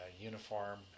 uniform